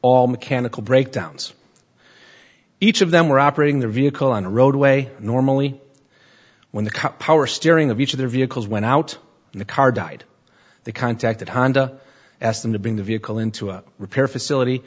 all mechanical breakdowns each of them were operating the vehicle on a roadway normally when the cut power steering of each of their vehicles went out in the car died they contacted honda asked them to bring the vehicle into a repair facility